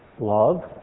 love